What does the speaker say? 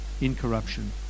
incorruption